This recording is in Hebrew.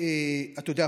אתה יודע,